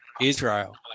Israel